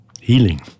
healing